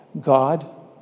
God